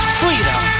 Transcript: freedom